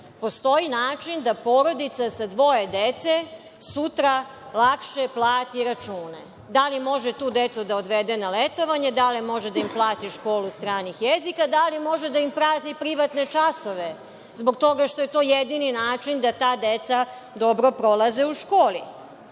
postoji način da porodice sa dvoje dece sutra lakše plate račune? Da li može tu decu da odvede na letovanje, da li može da im plati školu stranih jezika, da li može da im plati privatne časove zbog toga što je to jedini način da ta deca dobro prolaze u školi?